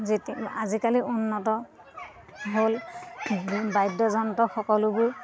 যে আজিকালি উন্নত হ'ল বাদ্যযন্ত্ৰ সকলোবোৰ